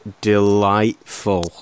delightful